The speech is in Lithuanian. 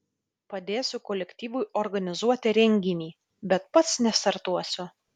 padėsiu kolektyvui organizuoti renginį bet pats nestartuosiu